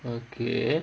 okay